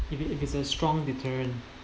if if it's a strong deterrent